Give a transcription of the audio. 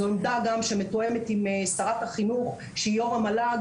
זו עמדה גם שמתואמת עם שרת החינוך שהיא יו"ר המל"ג.